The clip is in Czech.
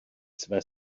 své